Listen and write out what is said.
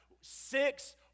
Six